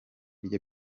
rye